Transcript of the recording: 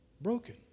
broken